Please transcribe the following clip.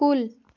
کُل